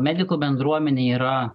medikų bendruomenėj yra